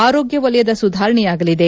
ಆರೋಗ್ಯ ವಲಯದ ಸುಧಾರಣೆಯಾಗಲಿದೆ